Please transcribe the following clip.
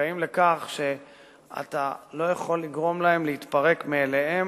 שזכאים לכך, אתה לא יכול לגרום להם להתפרק מאליהם.